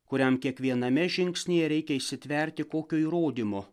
kuriam kiekviename žingsnyje reikia įsitverti kokio įrodymo